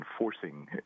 enforcing